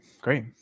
great